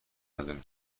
نداره